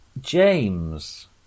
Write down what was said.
James